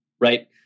right